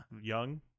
Young